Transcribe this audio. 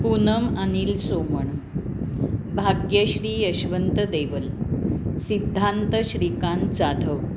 Poonam Anil Soman Bhagyashree Yashwant Deval Siddhant Shrikant Jadhav